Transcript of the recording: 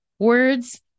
Words